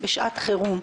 בשעת חירום.